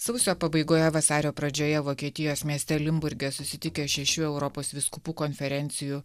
sausio pabaigoje vasario pradžioje vokietijos mieste limburge susitikę šešių europos vyskupų konferencijų